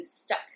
stuck